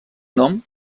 nom